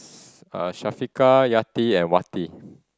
Yati and Wati